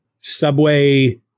subway